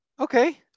Okay